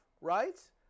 right